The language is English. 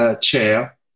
chair